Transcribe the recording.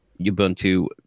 Ubuntu